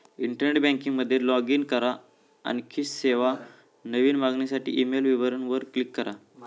internet banking मध्ये log in करा, आणखी सेवा, नवीन मागणीसाठी ईमेल विवरणा वर क्लिक करा